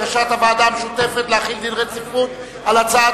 הוועדה המשותפת להחיל דין רציפות על הצעת